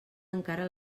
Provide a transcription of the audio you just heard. encara